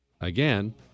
Again